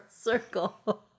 circle